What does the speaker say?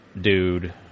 dude